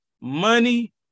money